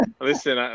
listen